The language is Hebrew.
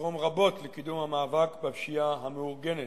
תתרום רבות לקידום המאבק בפשיעה המאורגנת.